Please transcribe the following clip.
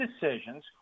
decisions